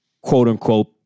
quote-unquote